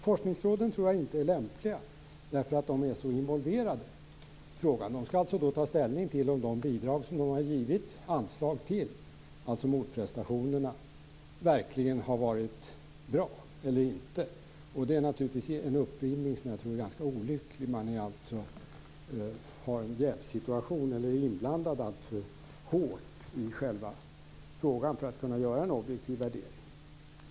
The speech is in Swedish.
Forskningsråden tror jag inte är lämpliga, därför att de är så involverade i frågan. De skall ta ställning till om de bidrag som de givit anslag till, alltså motprestationerna, verkligen har varit bra eller inte. Det är naturligtvis en uppbindning som jag tror är ganska olycklig. Man är inblandad alltför hårt i själva frågan för att kunna göra en objektiv värdering.